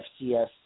FCS